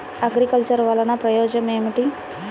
అగ్రిబజార్ వల్లన ప్రయోజనం ఏమిటీ?